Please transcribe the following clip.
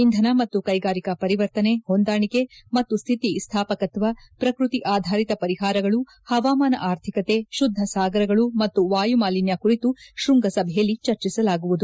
ಇಂಧನ ಮತ್ತು ಕೈಗಾರಿಕಾ ಪರಿವರ್ತನೆ ಹೊಂದಾಣಿಕೆ ಮತ್ತು ಸ್ಥಿತಿ ಸ್ಥಾಪಕತ್ವ ಪ್ರಕೃತಿ ಆಧಾರಿತ ಪರಿಹಾರಗಳು ಹವಾಮಾನ ಆರ್ಥಿಕತೆ ಶುದ್ದ ಸಾಗರಗಳು ಮತ್ತು ವಾಯುಮಾಲಿನ್ಯ ಕುರಿತು ಶೃಂಗಸಭೆಯಲ್ಲಿ ಚರ್ಚಿಸಲಾಗುವುದು